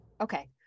Okay